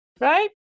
right